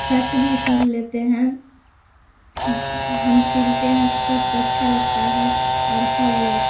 shirt بھی سل لیتے ہیں ہم سلتے ہیں سب کو اچھا لگتا ہے اور سب